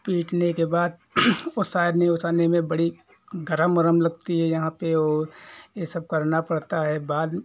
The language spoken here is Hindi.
पीटने के बाद ओसारने ओसाने में बड़ी गरम ओरम लगती है यहाँ पे और ये सब करना पड़ता है बाद